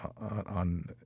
on